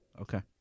Okay